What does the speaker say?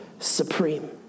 supreme